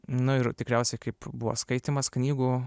nu ir tikriausiai kaip buvo skaitymas knygų